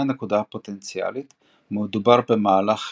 הנקודה הפוטנציאלית מדובר במהלך חיובי,